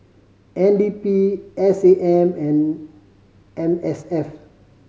N D P S A M and M S F